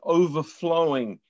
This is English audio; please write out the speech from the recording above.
overflowing